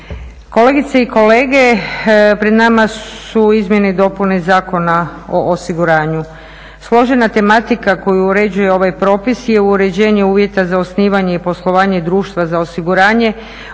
Kolegice i kolege pred nama su izmjene i dopune Zakona o osiguranju. Složena tematika koju uređuje ovaj propis je uređenje uvjeta za osnivanje i poslovanje društva za osiguranje,